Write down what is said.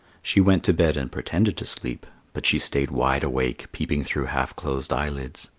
she went to bed and pretended to sleep, but she stayed wide awake, peeping through half-closed eyelids.